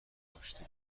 داشته